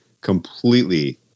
completely